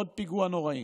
עוד פיגוע נוראי.